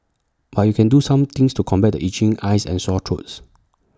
but you can do some things to combat itching eyes and sore throats